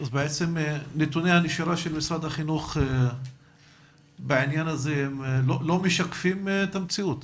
בעצם נתוני הנשירה של משרד החינוך בעניין הזה לא משקפים את המציאות.